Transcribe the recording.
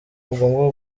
mugomba